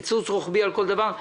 בקיצוץ רוחבי על כל דבר.